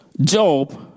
Job